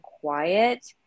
quiet